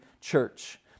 church